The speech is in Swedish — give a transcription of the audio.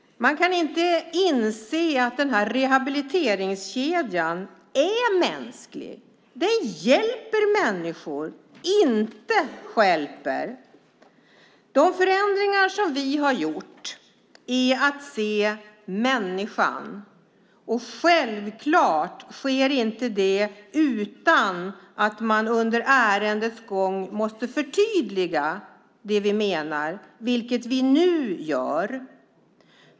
Man kan inte se att rehabiliteringskedjan är mänsklig. Den hjälper människor, inte stjälper. De förändringar som vi har gjort går ut på att se människan. Självklart sker det inte utan att vi under ärendets gång måste förtydliga det vi menar, vilket vi nu gör.